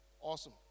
Awesome